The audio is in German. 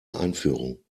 einführung